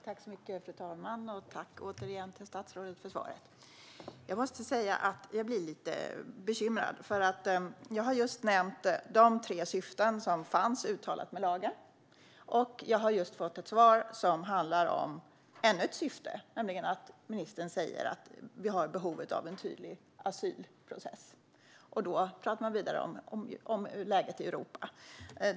Fru talman! Jag tackar återigen statsrådet för svaret. Jag måste säga att jag blir lite bekymrad. Jag har just nämnt de tre syften med lagen som fanns uttalade. Jag har fått ett svar från ministern som handlar om ännu ett syfte, nämligen att vi har behov av en tydlig asylprocess. Sedan pratar hon vidare om läget i Europa.